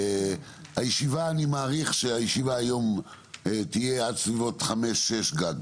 אני מעריך שהישיבה היום תהיה עד סביבות חמש או שש גג.